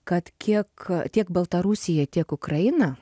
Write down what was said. kad kiek tiek baltarusija tiek ukraina